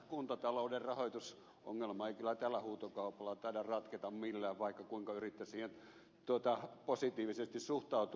kuntatalouden rahoitusongelma ei kyllä tällä huutokaupalla taida ratketa millään vaikka kuinka yrittäisi siihen positiivisesti suhtautua